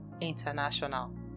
International